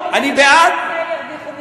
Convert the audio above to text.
על הנכס, ירוויחו מזה.